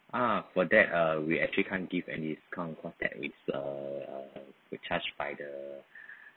ah for that uh we actually can't give an discount cause that uh we charged by the